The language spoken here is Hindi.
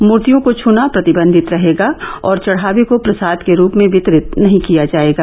मूर्तियों को छना प्रतिबंधित रहेगा और चढावे को प्रसाद के रूप में वितरित नहीं किया जाएगा